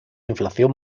inflación